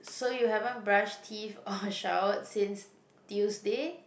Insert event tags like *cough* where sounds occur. so you haven't brushed teeth or *laughs* showered since Tuesday